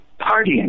partying